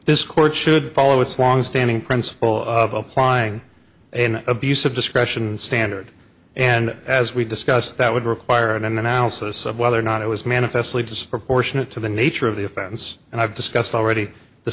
this court should follow its longstanding principle of applying an abuse of discretion standard and as we discussed that would require an analysis of whether or not it was manifestly disproportionate to the nature of the offense and i've discussed already the